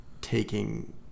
taking